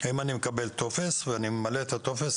מקבל טופס ואני ממלא את הטופס,